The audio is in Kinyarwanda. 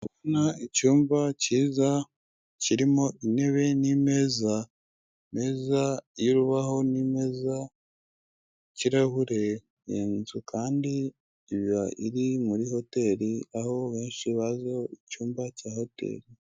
Ndi kubona icyumba cyiza kirimo intebe n'imeza, imeza y'urubaho n'imeza y'ikirahure iyi nzu kandi iba iri muri hoteri aho benshi bazi icyumba cya hoteri.